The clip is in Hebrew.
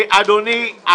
אדוני,